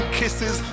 kisses